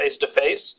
face-to-face